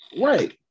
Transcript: Right